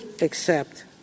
accept